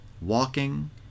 walking